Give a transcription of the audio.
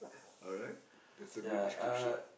alright that's a good description